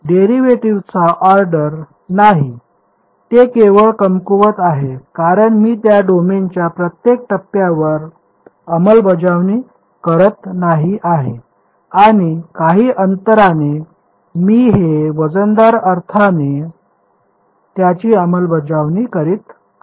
डेरिव्हेटिव्ह्जचा order नाही ते केवळ कमकुवत आहे कारण मी त्या डोमेनच्या प्रत्येक टप्प्यावर अंमलबजावणी करत नाही आहे व काही अंतराने मी हे वजनदार अर्थाने त्याची अंमलबजावणी करीत आहे